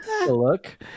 look